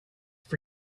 for